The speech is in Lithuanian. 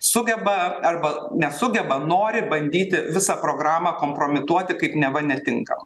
sugeba arba nesugeba nori bandyti visą programą kompromituoti kaip neva netinkam